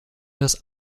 das